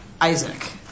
Isaac